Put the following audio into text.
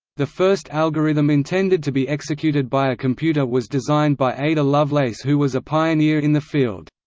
the first algorithm intended to be executed by a computer was designed by ada lovelace who was a pioneer in the field.